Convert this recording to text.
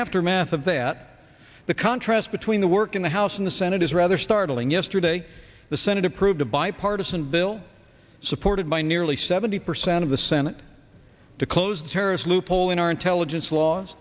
aftermath of that the contrast between the work in the house and the senate is rather startling yesterday the senate approved a bipartisan bill supported by nearly seventy percent of the senate to close the terrorist loophole in our intelligence laws